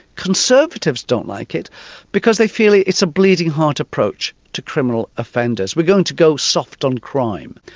conservatives don't like it because they feel it's a bleeding-heart approach to criminal offenders, we're going to go soft on crime.